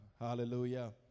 Hallelujah